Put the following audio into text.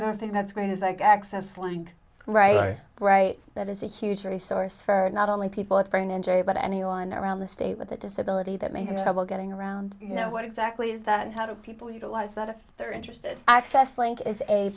other thing that's great is like access link right right that is a huge resource for not only people with brain injury but anyone around the state with a disability that may have trouble getting around you know what exactly is that how do people utilize that if they're interested access link is a